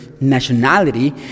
nationality